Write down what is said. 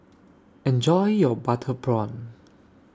Enjoy your Butter Prawn